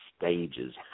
stages